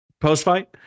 post-fight